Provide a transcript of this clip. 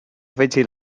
afegit